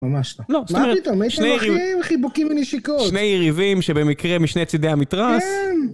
ממש לא. מה פתאום, הייתם אחים, חיבוקים ונשיקות. שני יריבים שבמקרה משני צדי המתרס. כן!